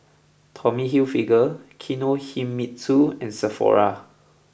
Tommy Hilfiger Kinohimitsu and Sephora